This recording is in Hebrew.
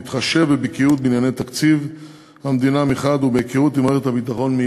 בהתחשב בבקיאות בענייני תקציב המדינה ובהיכרות עם מערכת הביטחון.